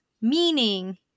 Meaning